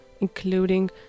including